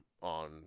on